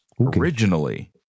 Originally